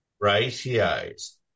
ratios